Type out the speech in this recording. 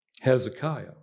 Hezekiah